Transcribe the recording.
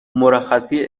مرخصی